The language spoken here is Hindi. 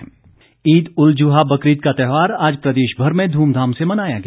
ईद ईद उल जुहा बकरीद का त्यौहार आज प्रदेशभर में धूम धाम से मनाया गया